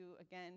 again